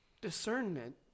discernment